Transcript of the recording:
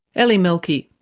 eli melky.